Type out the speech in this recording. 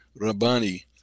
rabani